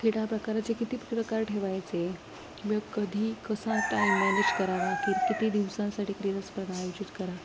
क्रीडा प्रकाराचे किती प्रकार ठेवायचे किंवा कधी कसा टाईम मॅनेज करावा की किती दिवसांसाठी क्रीडा स्पर्धा आयोजित करा